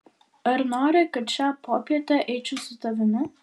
ar nori kad šią popietę eičiau su tavimi